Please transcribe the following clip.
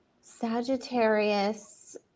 Sagittarius